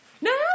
No